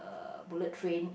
uh bullet train in